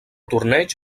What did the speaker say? torneig